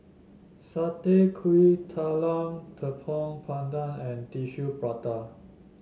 Satay Kuih Talam Tepong Pandan and Tissue Prata